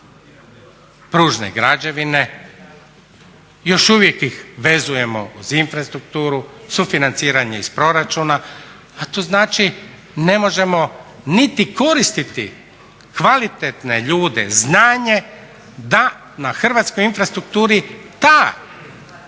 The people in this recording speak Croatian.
pružne građevine, još uvijek ih vezujemo uz infrastrukturu, sufinanciranje iz proračuna. A to znači ne možemo niti koristiti kvalitetne ljude, znanje, da na hrvatskoj infrastrukturi ta tvrtka